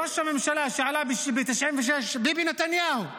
ראש הממשלה שעלה ב-1996 הוא ביבי נתניהו,